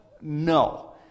No